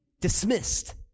dismissed